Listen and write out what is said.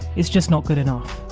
it's just not good enough